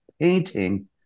painting